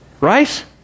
right